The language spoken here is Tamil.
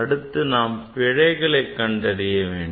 அடுத்தது நாம் பிழைகளை கண்டறிய வேண்டும்